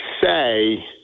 say